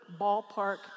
ballpark